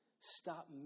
stop